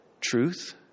truth